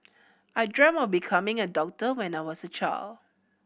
I dreamt of becoming a doctor when I was a child